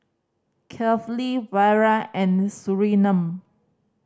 Kefli Wira and Surinam